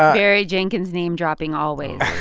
um barry jenkins name-dropping always